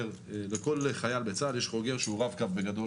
לכל חייל בצה"ל יש חוגר שהוא בגדול רב-קו